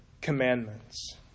commandments